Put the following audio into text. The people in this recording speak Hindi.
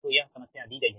तो यह समस्या दी गई है